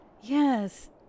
Yes